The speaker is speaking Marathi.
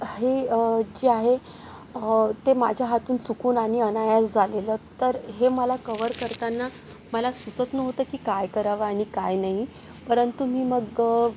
हे जे आहे ते माझ्या हातून चुकून आणि अनायासे झालेलं तर हे मला कव्हर करताना मला सुचत नव्हतं की काय करावं आणि काय नाही परंतु मी मग